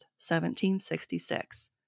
1766